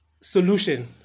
solution